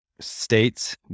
States